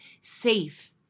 safe